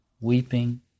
weeping